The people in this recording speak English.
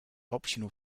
optional